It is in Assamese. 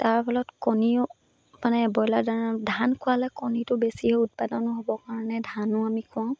তাৰ ফলত কণীও মানে ব্ৰইলাৰ দানা ধান খোৱালে কণীটো বেছিহে উৎপাদনো হ'বৰ কাৰণে ধানো আমি খুৱাওঁ